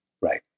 Right